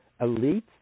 elites